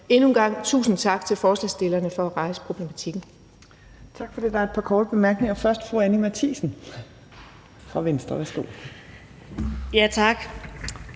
endnu en gang tusind tak til forslagsstillerne for at rejse problematikken.